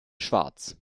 schwarz